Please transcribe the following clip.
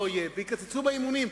ויקצצו באימונים,